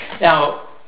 Now